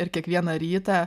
ir kiekvieną rytą